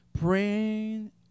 praying